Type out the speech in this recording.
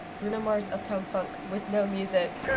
bruno mars uptown funk with no music.